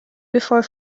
before